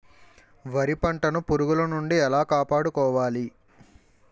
వరి పంటను పురుగుల నుండి ఎలా కాపాడుకోవాలి?